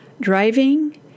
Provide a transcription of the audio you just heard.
Driving